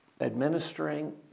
administering